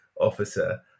officer